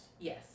yes